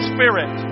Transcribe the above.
Spirit